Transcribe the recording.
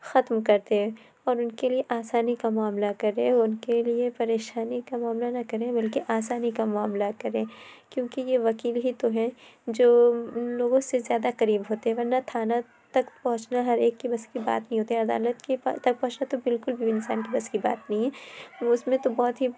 ختم کر دے اور اُن کے لیے آسانی کا معاملہ کرے اُن کے لیے پریشانی کا معاملہ نہ کرے بلکہ آسانی کا معاملہ کرے کیونکہ یہ وکیل ہی تو ہیں جو اُن لوگوں سے زیادہ قریب ہوتے ورنہ تھانہ تک پہچنا ہر ایک کے بس کی بات نہیں ہوتی عدالت کے پاس تک پہنچنا تول بالکل بھی انسان کے بس کی بات نہیں ہے وہ اُس میں تو بہت ہی